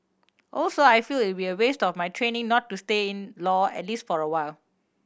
also I feel it'd be a waste of my training not to stay in law at least for a while